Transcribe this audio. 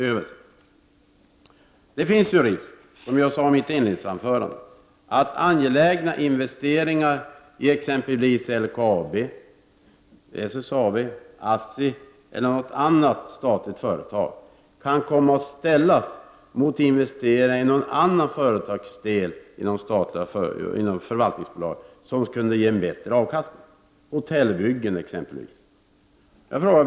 Som jag sade i mitt inledningsanförande finns ju risken att angelägna investeringar i exempelvis LKAB, SSAB, ASSI eller något annat statligt företag kan komma att ställas mot investeringar i någon annan företagsdel inom förvaltningsbolaget som kunde ge en bättre avkastning, hotellbygge exempelvis.